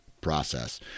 process